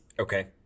Okay